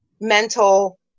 mental